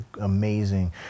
amazing